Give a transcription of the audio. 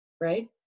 right